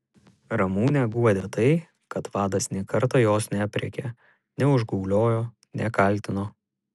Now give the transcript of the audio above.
ramunę guodė tai kad vadas nė karto jos neaprėkė neužgauliojo nekaltino